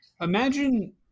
Imagine